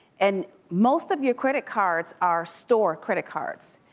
and most of your credit cards, are store credit cards.